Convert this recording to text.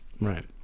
Right